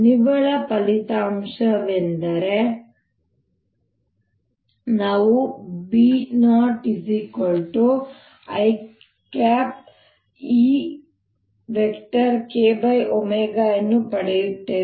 ನಿವ್ವಳ ಫಲಿತಾಂಶವೆಂದರೆ ನಾವು B0 Kω ಅನ್ನು ಪಡೆಯುತ್ತೇವೆ